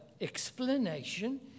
explanation